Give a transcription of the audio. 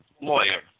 lawyer